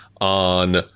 on